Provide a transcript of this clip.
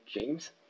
James